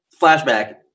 flashback